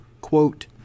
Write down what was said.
quote